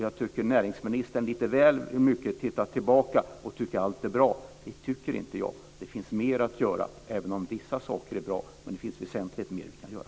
Jag tycker att näringsministern tittar tillbaka lite väl mycket och tycker att allt är bra. Det tycker inte jag. Även om vissa saker är bra finns det väsentligt mer vi kan göra.